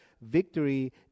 victory